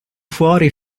fuori